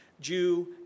Jew